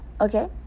okay